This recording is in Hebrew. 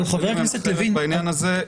מה לעשות, אבל חושבים אחרת בעניין הזה.